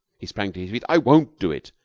he sprang to his feet. i won't do it.